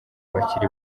bakiri